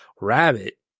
Rabbit